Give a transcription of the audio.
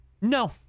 No